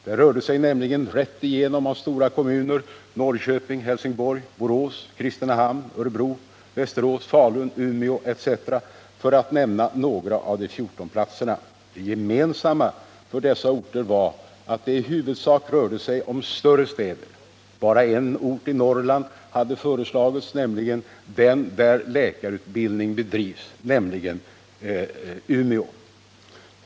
Det rörde sig nämligen rätt igenom om stora kommuner — Norrköping, Helsingborg, Borås, Kristinehamn, Örebro, Västerås, Falun, Umeå etc. för att nämna några av de 14 platserna. Det gemensamma för dessa orter var att det i huvudsak rörde sig om större städer. Bara en ort i Norrland hade föreslagits, nämligen den där läkarutbildning bedrivs, dvs. Umeå.